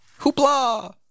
Hoopla